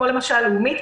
כמו למשל לאומית,